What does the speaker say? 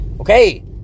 okay